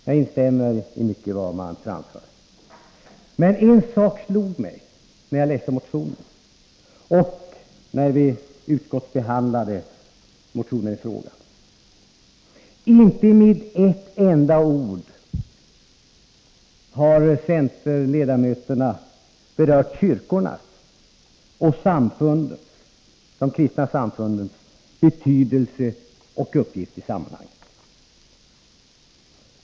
Jag instämmer i mycket av vad som anförs i motionen. En sak slog mig emellertid, när jag läste motionen och när den utskottsbehandlades. Inte med ett enda ord har centerledamöterna berört kyrkornas och de kristna samfundens betydelse och uppgifter i sammanhanget.